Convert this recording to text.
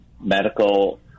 medical